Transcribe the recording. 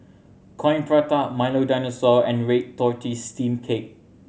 Coin Prata Milo Dinosaur and red tortoise steamed cake